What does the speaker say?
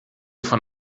von